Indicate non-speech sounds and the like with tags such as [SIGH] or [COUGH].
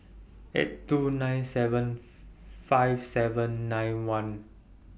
eight two nine seven [NOISE] five seven nine one